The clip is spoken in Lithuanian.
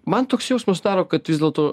man toks jausmas daro kad vis dėlto